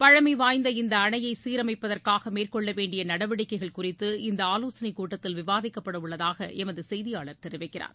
பழமைவாய்ந்த இந்தஅணையைசீரமைப்பதற்காகமேற்கொள்ளவேண்டியநடவடிக்கைகள் குறித்து இந்தஆலோசனைகூட்டத்தில் விவாதிக்கப்படஉள்ளதாகளமதுசெய்தியாளர் தெரிவிக்கிறார்